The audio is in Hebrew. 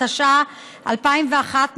התשס"א 2001,